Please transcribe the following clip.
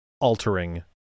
altering